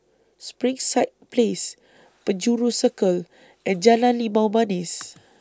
Springside Place Penjuru Circle and Jalan Limau Manis